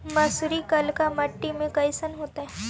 मसुरी कलिका मट्टी में कईसन होतै?